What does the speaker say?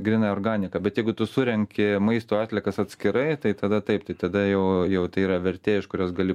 gryna organika bet jeigu tu surenki maisto atliekas atskirai tai tada taip tai tada jau jau tai yra vertė iš kurios gali